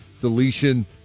deletion